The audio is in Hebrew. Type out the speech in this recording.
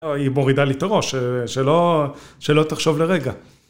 ‫היא מורידה לי את הראש, ‫שלא תחשוב לרגע.